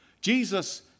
Jesus